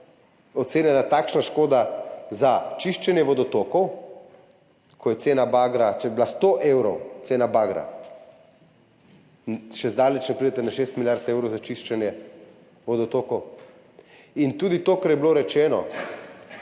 ocenjena takšna škoda za čiščenje vodotokov, ko če bi bila 100 evrov cena bagra, še zdaleč ne pridete na 6 milijard evrov za čiščenje vodotokov. In tudi to, kar je bilo rečeno,